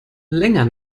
länger